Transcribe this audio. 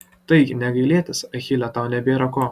taigi nė gailėtis achile tau nebėra ko